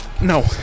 No